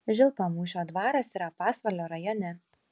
žilpamūšio dvaras yra pasvalio rajone